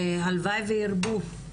הלוואי וירבו.